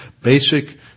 basic